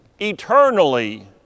eternally